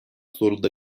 zorunda